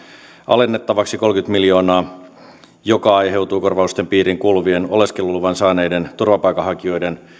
alennettavaksi kolmekymmentä miljoonaa mikä aiheutuu korvausten piiriin kuuluvien oleskeluluvan saaneiden turvapaikanhakijoiden